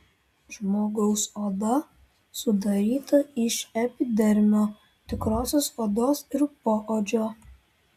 žmogaus oda sudaryta iš epidermio tikrosios odos ir poodžio